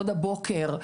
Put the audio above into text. עוד הבוקר,